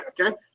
Okay